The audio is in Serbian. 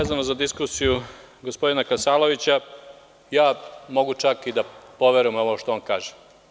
Vezano za diskusiju gospodina Kasalovića, ja mogu čak i da poverujem u ovo što on kaže.